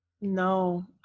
No